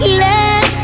let